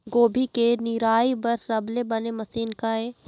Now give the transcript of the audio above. गोभी के निराई बर सबले बने मशीन का ये?